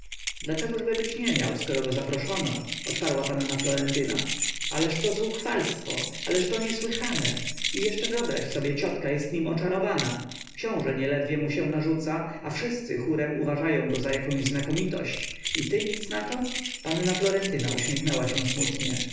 wokulski dlaczegóż być nie miał skoro go zaproszono odparła panna florentyna ależto zuchwalstwo ależto niesłychane i jeszcze wyobraź sobie ciotka jest nim oczarowana książe nieledwie mu się narzuca a wszyscy chórem uważają go za jakąś znakomitość i ty nic na to panna florentyna uśmiechnęła się smutnie